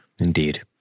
Indeed